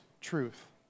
truth